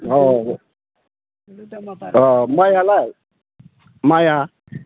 अ अ माइआलाय माइया